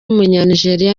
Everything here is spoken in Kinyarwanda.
w’umunyanigeriya